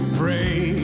pray